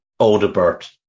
Odebert